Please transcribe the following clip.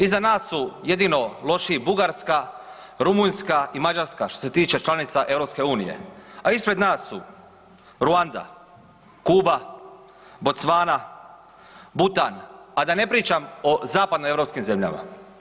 Iza nas su jedino lošiji Bugarska, Rumunjska i Mađarska što se tiče članica EU, a ispred nas su Ruanda, Kuba, Bocvana, Butan a da ne pričam o zapadno europskim zemljama.